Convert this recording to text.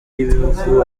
y’ibihugu